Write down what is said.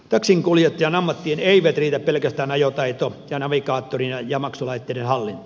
taksinkuljettajan ammattiin eivät riitä pelkästään ajotaito ja navigaattorin ja maksulaitteiden hallinta